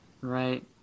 right